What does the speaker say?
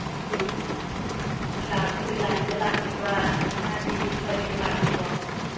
ꯑꯗꯨ ꯂꯥꯛꯄꯗꯨ ꯂꯥꯏꯟꯗ ꯂꯥꯛꯇ꯭ꯔꯣꯕ ꯅꯁꯥꯒꯤ ꯌꯨꯝꯒꯤ ꯒꯥꯔꯤꯗ ꯂꯥꯛꯇ꯭ꯔꯣꯕꯣ